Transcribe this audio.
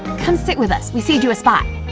come sit with us, we saved you a spot!